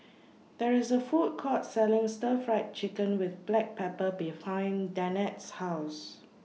There IS A Food Court Selling Stir Fried Chicken with Black Pepper behind Danette's House